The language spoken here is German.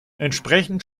entsprechend